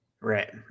Right